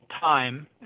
time